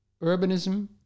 urbanism